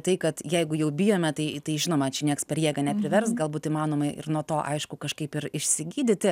tai kad jeigu jau bijome tai žinoma čia nieks per jėgą neprivers galbūt įmanoma ir nuo to aišku kažkaip ir išsigydyti